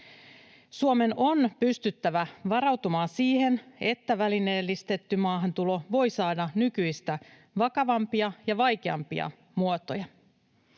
Suomen on pystyttävä varautumaan siihen, että välineellistetty maahantulo voi saada nykyistä vakavampia ja vaikeampia muotoja.